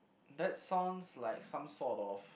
that sounds like some sort of